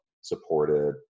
supported